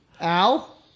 Al